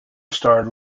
starred